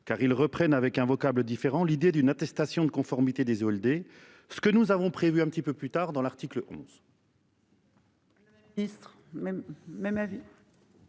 car ils reprennent avec un vocable différent l'idée d'une attestation de conformité des Walder. Ce que nous avons prévu un petit peu plus tard dans l'article 11.